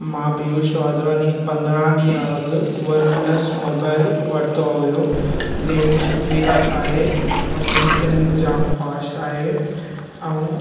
मां पियुष वाधवानी पंद्रहं ॾींहं अघु वन प्लस मोबाइल वरितो हुओ जंहिंजी सुठी ॻाल्हि आहे हुन जी स्क्रीन जाम फास्ट आहे ऐं